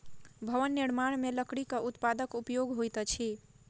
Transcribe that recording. भवन निर्माण मे लकड़ीक उत्पादक उपयोग होइत अछि